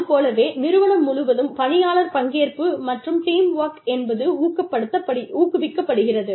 அது போலவே நிறுவனம் முழுவதும் பணியாளர் பங்கேற்பு மற்றும் டீம்வொர்க் என்பது ஊக்குவிக்கப்படுகிறது